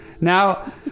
Now